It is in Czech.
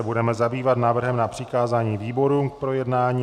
Budeme se zabývat návrhem na přikázání výborům k projednání.